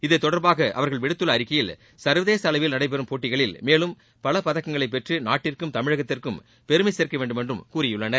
இத்தொடர்பாக அவர்கள் விடுத்துள்ள அறிக்கையில் சர்வதேச அளிவில் நடைபெறும் போட்டிகளில் மேலும் பல பதக்கங்களை பெற்று நாட்டிற்கும் தமிழகத்திற்கும் பெருமை சேர்க்கவேண்டும் என்று கூறியுள்ளனர்